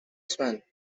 swan